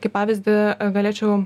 kaip pavyzdį galėčiau